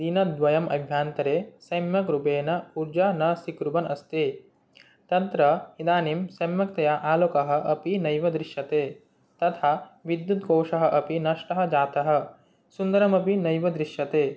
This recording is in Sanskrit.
दिनद्वय अभ्यन्तरे सम्यग्रूपेण ऊर्जा न स्विकुर्वन् अस्ति तत्र इदानीं सम्यक्तया आलोकः अपि नैव दृश्यते तथा विद्युत्कोशः अपि नष्टः जातः सुन्दरमपि नैव दृश्यते